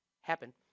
happen